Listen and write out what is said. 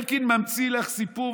אלקין ממציא לך סיפור,